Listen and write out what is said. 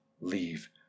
leave